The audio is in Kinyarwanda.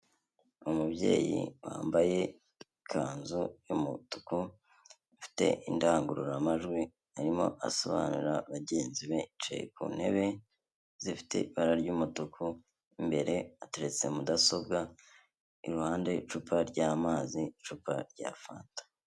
Umubyeyi wambaye ikanzu y'umutuku, afite indangururamajwi, arimo asobanurira bagenzi be, yicaye ku ntebe zifite ibara ry'umutuku, mo imbere hateretse mudasobwa, iruhande icupa ry'amazi, icupa rya fanta.